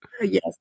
Yes